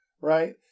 right